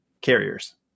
carriers